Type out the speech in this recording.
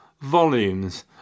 volumes